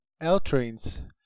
L-trains